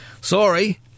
sorry